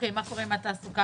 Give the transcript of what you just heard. מה קורה עם התעסוקה,